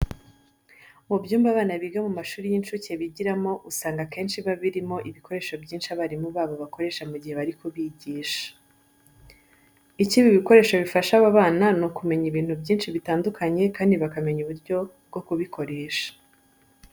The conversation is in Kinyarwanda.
Mu byumba abana biga mu mashuri y'incuke bigiramo usanga akenshi biba birimo ibikoresho byinshi abarimu babo bakoresha mu gihe bari kubigisha. Icyo ibi bikoresho bifasha aba bana ni ukumenya ibintu byinshi bitandukanye kandi bakamenya uburyo bwo kubikoresha.